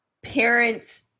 parents